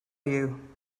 you